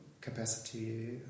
capacity